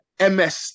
MST